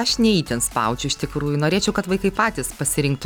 aš ne itin spaudžiu iš tikrųjų norėčiau kad vaikai patys pasirinktų